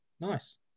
Nice